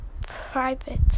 private